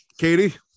Katie